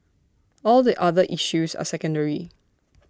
all the other issues are secondary